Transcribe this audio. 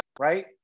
Right